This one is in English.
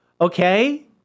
Okay